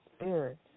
Spirit